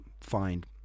find